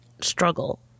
struggle